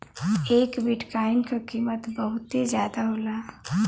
एक बिट्काइन क कीमत बहुते जादा होला